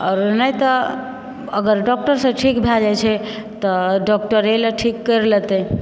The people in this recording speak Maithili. आओर ने तऽ अगर डॉक्टर से ठीक भए जाइ छै तऽ डॉक्टरे लग ठीक करि लेतै